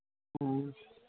ह्म्म